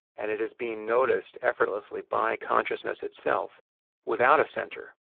and it is being noticed effortlessly by consciousness itself without a center.